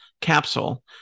capsule